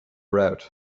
route